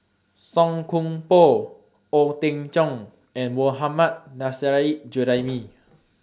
Song Koon Poh Ong Teng Cheong and Mohammad Nurrasyid Juraimi